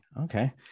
Okay